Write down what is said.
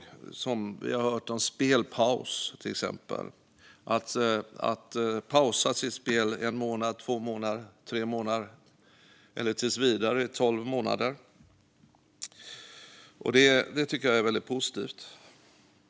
Vi har till exempel hört om spelpaus.se, där man kan pausa sitt spel under en, tre, sex eller tolv månader eller tills vidare. Detta tycker jag är väldigt positivt.